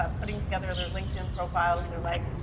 um putting together their linkedin profiles, they're like,